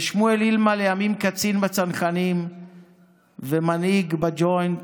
ושמואל אילמה, לימים קצין בצנחנים ומנהיג בג'וינט,